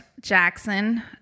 Jackson